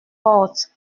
porte